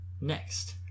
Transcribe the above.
Next